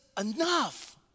enough